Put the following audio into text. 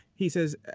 he says,